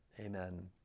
amen